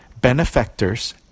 benefactors